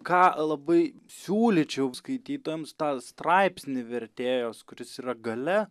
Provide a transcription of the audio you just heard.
ką labai siūlyčiau skaitytojams tą straipsnį vertėjos kuris yra galia